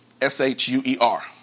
S-H-U-E-R